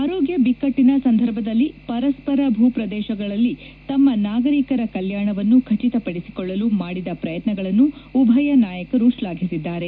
ಆರೋಗ್ಯ ಬಿಕ್ಕಟ್ಟಿನ ಸಂದರ್ಭದಲ್ಲಿ ಪರಸ್ಪರ ಭೂಪ್ರದೇಶಗಳಲ್ಲಿ ತಮ್ಮ ನಾಗರಿಕರ ಕಲ್ಕಾಣವನ್ನು ಖಚಿತಪಡಿಸಿಕೊಳ್ಳಲು ಮಾಡಿದ ಪ್ರಯತ್ನಗಳನ್ನು ಉಭಯ ನಾಯಕರು ಶ್ಲಾಘಿಸಿದ್ದಾರೆ